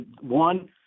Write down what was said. one